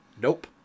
Nope